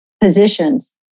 positions